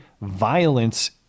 violence